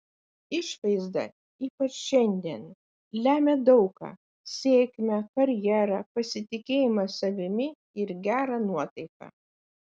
išvaizda ypač šiandien lemia daug ką sėkmę karjerą pasitikėjimą savimi ir gerą nuotaiką